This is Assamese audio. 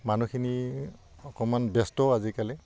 মানুহখিনি অকণমান ব্যস্ত আজিকালি